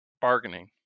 bargaining